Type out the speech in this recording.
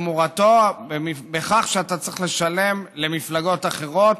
תמורתו בכך שאתה צריך לשלם למפלגות אחרות